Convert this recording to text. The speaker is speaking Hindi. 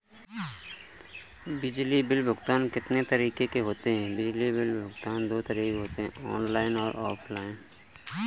बिजली बिल भुगतान के तरीके कितनी प्रकार के होते हैं?